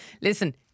Listen